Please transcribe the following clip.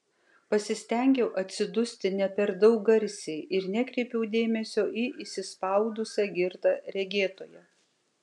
pasistengiau atsidusti ne per daug garsiai ir nekreipiau dėmesio į įsispaudusią girtą regėtoją